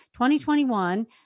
2021